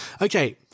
Okay